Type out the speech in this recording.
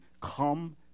come